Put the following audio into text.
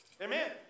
Amen